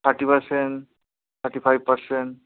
থাট্টি person থাট্টি five person